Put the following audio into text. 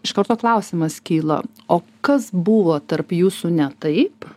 iš karto klausimas kyla o kas buvo tarp jūsų ne taip